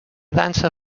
dansa